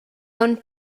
aunc